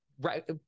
right